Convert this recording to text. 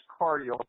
cardio